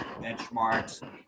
benchmarks